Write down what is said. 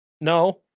no